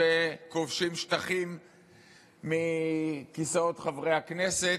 שכובשים שטחים מכיסאות חברי הכנסת,